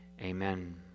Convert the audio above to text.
Amen